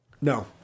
No